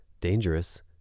dangerous